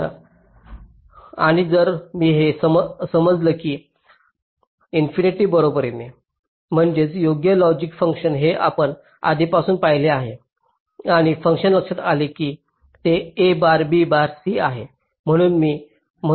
बरं आणि जर मी हे समजलं की अनंततेच्या बरोबरीने म्हणजेच योग्य लॉजिक फंक्शन हे आपण आधीपासूनच पाहिले आहे आणि फंक्शन लक्षात आले की ते a bar b bar c आहे